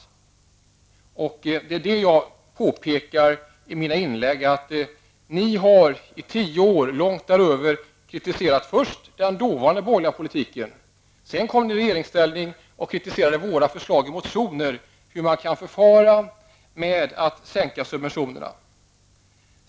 I mina inlägg har jag påpekat att ni under tio år och långt därutöver har kritiserat den borgerliga politiken. När ni kom i regeringställning kritiserade ni förslagen i våra motioner om hur man skall sänka subventionerna.